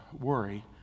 Worry